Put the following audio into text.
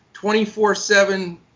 24-7